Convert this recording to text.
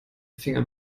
finger